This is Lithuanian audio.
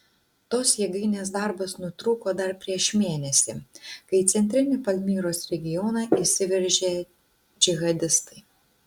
tos jėgainės darbas nutrūko dar prieš mėnesį kai į centrinį palmyros regioną įsiveržė džihadistai